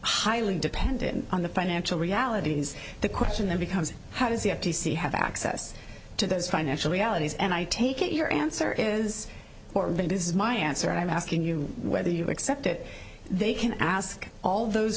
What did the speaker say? highly dependent on the financial realities the question then becomes how does the f t c have access to those financial realities and i take it your answer is it is my answer and i'm asking you whether you accept it they can ask all those